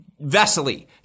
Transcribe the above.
Vesely